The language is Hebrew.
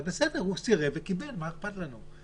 אז בסדר, הוא סירב וקיבל, מה אכפת לנו.